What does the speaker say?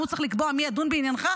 הוא צריך לקבוע מי ידון בעניינך?